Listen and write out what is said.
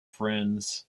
friends